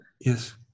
Yes